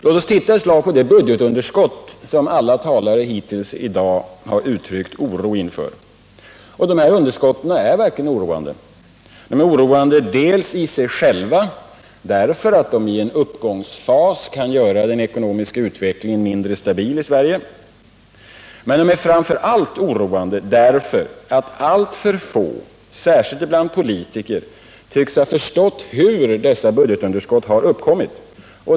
Låt oss titta på de budgetunderskott som alla talare hittills i dag har uttryckt oro för. Dessa underskott är verkligen oroande. De är det i sig själva därför att de i en uppgångsfas kan göra ekonomin i Sverige mindre stabil. Men de är framför allt oroande därför att alltför få, särskilt politiker, tycks ha förstått hur de har uppkommit.